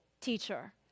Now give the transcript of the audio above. teacher